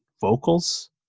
vocals